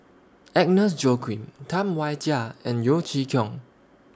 Agnes Joaquim Tam Wai Jia and Yeo Chee Kiong